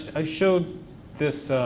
i showed this.